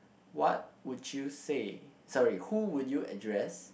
what would you say sorry who would you address